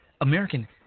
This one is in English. American